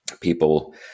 People